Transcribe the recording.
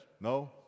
no